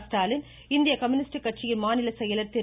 ஸ்டாலின் இந்திய கம்யூனிஸ்ட் கட்சியின் மாநில செயலர் திரு